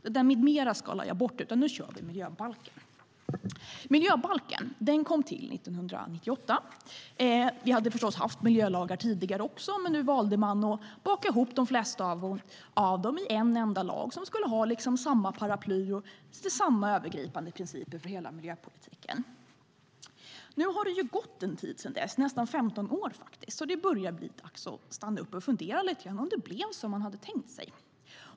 "Med mera" skalar jag alltså bort, så nu kör vi miljöbalken. Miljöbalken kom till 1998. Vi hade förstås haft miljölagar även tidigare, men nu valde man att baka ihop de flesta av dem i en enda lag under samma paraply och med samma övergripande principer för hela miljöpolitiken. Nu har det gått en tid sedan dess, nästan 15 år, så det börjar bli dags att stanna upp och fundera lite på om det blev som man hade tänkt sig.